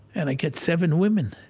and i get seven women.